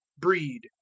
breed,